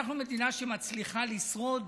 אנחנו מדינה שמצליחה לשרוד,